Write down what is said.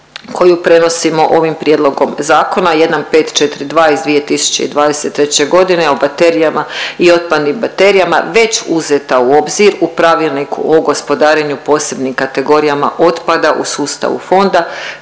koju prenosimo ovim prijedlogom zakona 1542 iz 2023.g. o baterijama i otpadnim baterijama već uzeta u obzir u pravilniku o gospodarenju posebnim kategorijama otpada u sustavu fonda